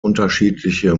unterschiedliche